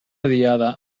diada